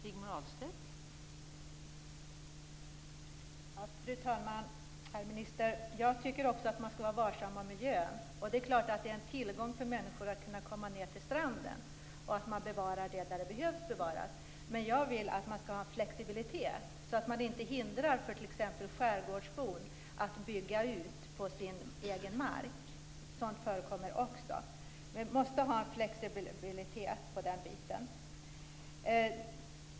Fru talman! Herr minister! Jag tycker också att man skall vara varsam om miljön. Och det är klart att det är en tillgång för människor att kunna komma ned till stranden och att man bevarar detta där det behöver bevaras. Men jag vill att man skall ha en flexibilitet så att man inte hindrar t.ex. skärgårdsbor att bygga ut på sin egen mark. Sådant förekommer också. Vi måste ha en flexibilitet på den punkten.